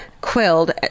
Quilled